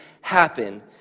happen